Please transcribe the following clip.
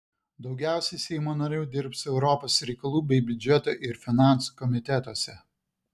daugiausiai seimo narių dirbs europos reikalų bei biudžeto ir finansų komitetuose